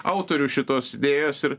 autorių šitos idėjos ir